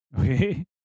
Okay